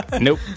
Nope